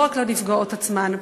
לא רק לנפגעות עצמן.